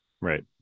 Right